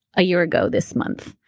a year ago this month.